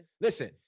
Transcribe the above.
Listen